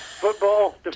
football